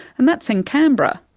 and that's in canberra.